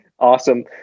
Awesome